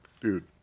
dude